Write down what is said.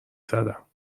زدم